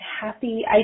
happy